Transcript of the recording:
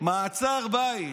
מעצר בית.